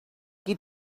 qui